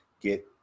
get